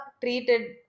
treated